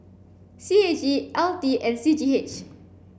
C A G L T and C G H